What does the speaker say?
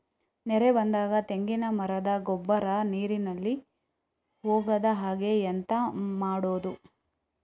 ನೆರೆ ಬಂದಾಗ ತೆಂಗಿನ ಮರದ ಗೊಬ್ಬರ ನೀರಿನಲ್ಲಿ ಹೋಗದ ಹಾಗೆ ಎಂತ ಮಾಡೋದು?